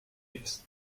ist